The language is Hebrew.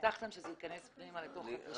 הבטחתם שזה ייכנס פנימה אל תוך הצעת החוק.